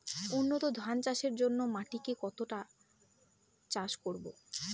উন্নত ধান চাষের জন্য মাটিকে কতটা চাষ করব?